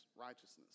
righteousness